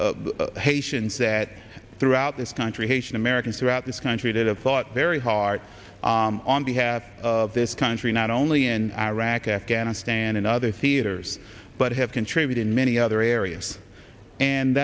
thank haitians that throughout this country haitian americans throughout this country did have thought very hard on behalf of this country not only in iraq afghanistan and other theaters but have contribute in many other areas and